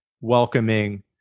welcoming